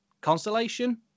constellation